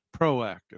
proactive